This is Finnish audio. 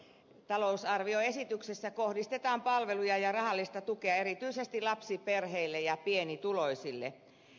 talousarvioesityksessä kohdistetaan palveluja ja rahallista tukea erityisesti lapsiperheille ja pienituloisille